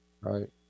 Right